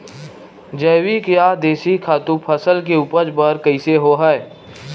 जैविक या देशी खातु फसल के उपज बर कइसे होहय?